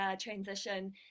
transition